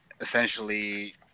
essentially